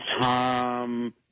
Tom